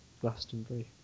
Glastonbury